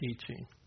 teaching